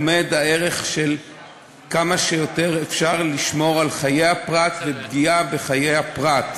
עומד הערך של כמה שיותר לשמור על חיי הפרט ואי-פגיעה בחיי הפרט.